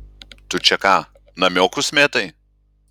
tu čia ką namiokus mėtai